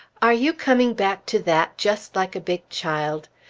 are you coming back to that just like a big child?